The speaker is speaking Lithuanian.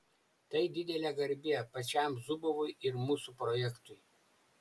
tai didelė garbė pačiam zubovui ir mūsų projektui